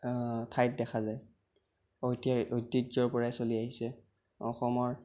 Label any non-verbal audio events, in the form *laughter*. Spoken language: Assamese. ঠাইত দেখা যায় *unintelligible* ঐতিহ্য পৰাই চলি আহিছে অসমৰ